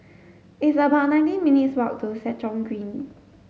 it's about nineteen minutes' walk to Stratton Green